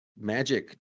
Magic